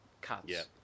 cuts